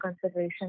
consideration